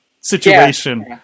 situation